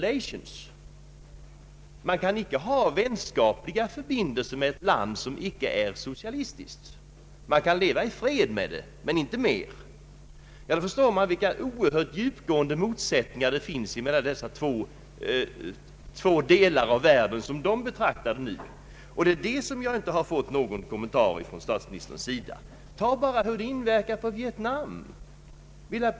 Man anser sig nämligen inte kunna ha vänskapliga förbindelser med ett land som icke är socialistiskt. Man kan leva i fred med det, men inte mer. Då förstår man vilka oerhört djupgående motsättningar som råder mellan dessa två delar av världen. Om detta har jag inte fått någon kommentar från statsministerns sida. Låt oss se på Vietnam.